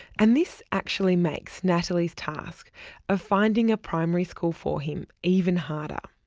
and this actually makes natalie's task of finding a primary school for him even harder.